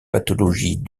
pathologies